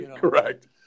Correct